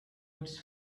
its